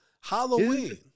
Halloween